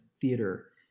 theater